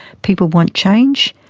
people want change,